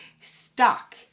stuck